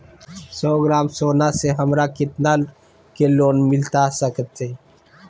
सौ ग्राम सोना से हमरा कितना के लोन मिलता सकतैय?